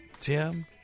Tim